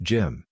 Jim